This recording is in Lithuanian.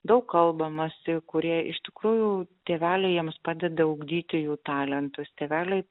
daug kalbamasi kurie iš tikrųjų tėveliai jiems padeda ugdyti jų talentus tėveliai